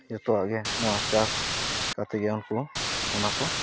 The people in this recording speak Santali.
ᱡᱚᱛᱚᱣᱟᱜ ᱜᱮ ᱱᱚᱣᱟ ᱪᱟᱥ ᱠᱟᱛᱮᱫᱼᱜᱮ ᱚᱱᱟ ᱠᱚ